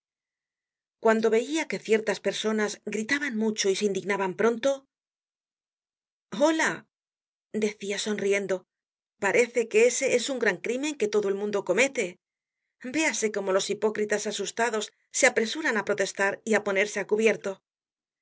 cuando veia que ciertas personas gritaban mucho y se indignaban pronto hola decia sonriendo parece que ese es un gran crímen que todo el mundo comete véase cómo los hipócritas asustados se apresuran á protestar y á ponerse á cubierto